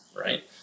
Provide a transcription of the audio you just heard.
right